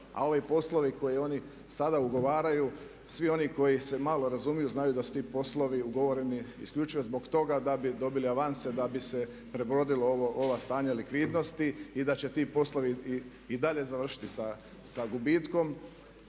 a ovi poslovi koje oni sada ugovaraju svi oni koji se malo razumiju znaju da su ti poslovi ugovoreni isključivo zbog toga da bi dobili Evanse da bi se prebrodilo ovo stanje likvidnosti i da će ti poslovi i dalje završiti sa gubitkom.